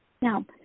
Now